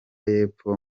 y’epfo